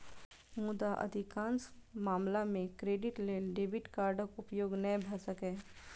मुदा अधिकांश मामला मे क्रेडिट लेल डेबिट कार्डक उपयोग नै भए सकैए